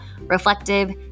reflective